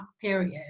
period